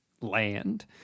Land